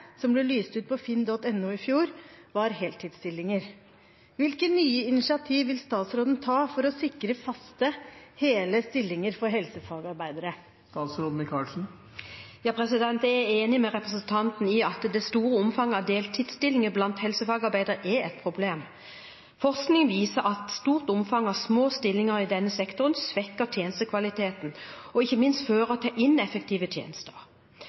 som ble lyst ut på Finn.no i fjor, var heltidsstillinger. Hvilke nye initiativ vil statsråden ta for å sikre faste hele stillinger for helsefagarbeidere?» Jeg er enig med representanten i at det store omfanget av deltidsstillinger blant helsefagarbeidere er et problem. Forskning viser at et stort omfang av små stillinger i denne sektoren svekker tjenestekvaliteten, og ikke minst fører det til ineffektive tjenester.